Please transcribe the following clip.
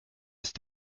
ist